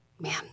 man